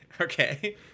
Okay